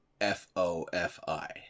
F-O-F-I